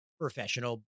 professional